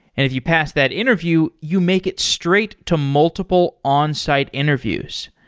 if you pass that interview, you make it straight to multiple onsite interviews.